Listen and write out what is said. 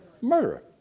Murderer